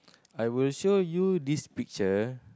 I would show you this picture